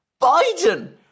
Biden